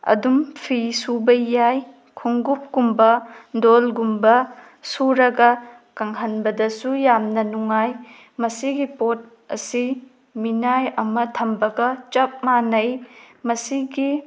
ꯑꯗꯨꯝ ꯐꯤ ꯁꯨꯕ ꯌꯥꯏ ꯈꯣꯡꯎꯞ ꯀꯨꯝꯕ ꯗꯣꯜ ꯒꯨꯝꯕ ꯁꯨꯔꯒ ꯀꯪꯍꯟꯕꯗꯁꯨ ꯌꯥꯝꯅ ꯅꯨꯡꯉꯥꯏ ꯃꯁꯤꯒꯤ ꯄꯣꯠ ꯑꯁꯤ ꯃꯤꯅꯥꯏ ꯑꯃ ꯊꯝꯕꯒ ꯆꯞ ꯃꯥꯟꯅꯩ ꯃꯁꯤꯒꯤ